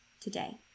today